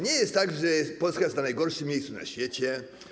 Nie jest tak, że Polska jest na najgorszym miejscu na świecie.